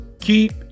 keep